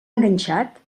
enganxat